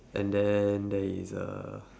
and then there is a